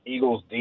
Eagles